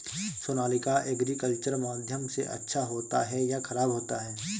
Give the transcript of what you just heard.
Sonalika agriculture माध्यम से अच्छा होता है या ख़राब होता है?